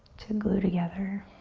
to glue together.